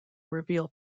reveal